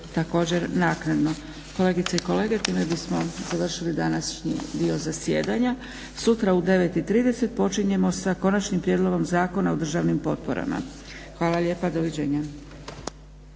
također naknadno. Kolegice i kolege, time bismo završili današnji dio zasjedanja. Sutra u 9,30 počinjemo sa Konačnim prijedlogom zakona o državnim potporama. Hvala lijepa. Doviđenja!